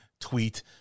tweet